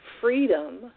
freedom